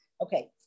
okay